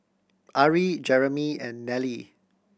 Arie Jeremey and Nelle